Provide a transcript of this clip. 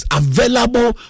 available